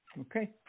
okay